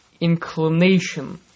inclination